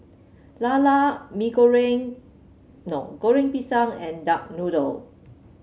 lala no Goreng Pisang and Duck Noodle